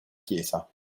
chiesa